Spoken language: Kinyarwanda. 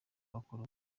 bakora